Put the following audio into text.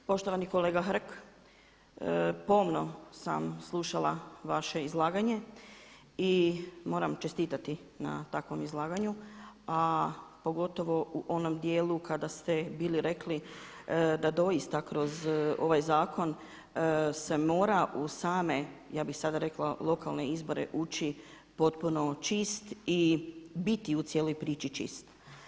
Poštovani kolega Hrg, pomno sam slušala vaše izlaganje i moram čestitati na takvom izlaganju a pogotovo u onom dijelu kada ste bili rekli da doista kroz ovaj zakon se mora u same, ja bih sada rekla lokalne izbore ući potpuno čist i biti u cijeloj priči čist.